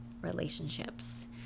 relationships